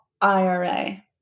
IRA